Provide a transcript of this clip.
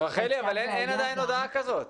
רחלי, עדיין אין הודעה כזאת.